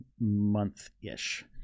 month-ish